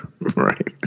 Right